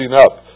up